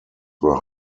were